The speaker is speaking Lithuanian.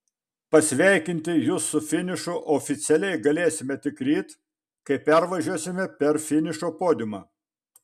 pasveikinti jus su finišu oficialiai galėsime tik ryt kai pervažiuosime per finišo podiumą